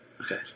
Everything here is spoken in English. Okay